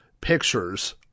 pictures